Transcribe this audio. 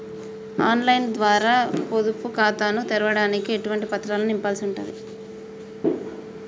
On line ద్వారా పొదుపు ఖాతాను తెరవడానికి ఎటువంటి పత్రాలను నింపాల్సి ఉంటది?